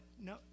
No